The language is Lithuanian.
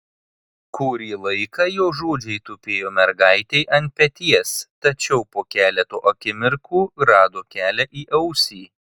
kurį laiką jo žodžiai tupėjo mergaitei ant peties tačiau po keleto akimirkų rado kelią į ausį